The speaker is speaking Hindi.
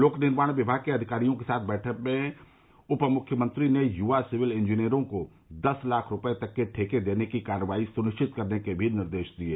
लोक निर्माण विभाग के अधिकारियों के साथ बैठक में उपमुख्यमंत्री ने युवा सिविल इंजीनियरों का दस लाख रूपये तक के ठेके देने की कार्रवाई सुनिश्चित करने के भी निर्देश दिये